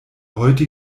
heute